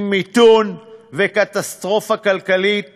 עם מיתון וקטסטרופה כלכלית